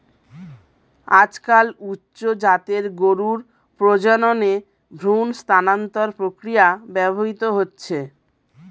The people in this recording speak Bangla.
আজকাল উচ্চ জাতের গরুর প্রজননে ভ্রূণ স্থানান্তর প্রক্রিয়া ব্যবহৃত হচ্ছে